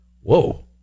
Whoa